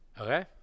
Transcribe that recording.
Okay